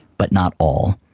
but not all,